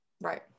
Right